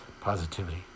positivity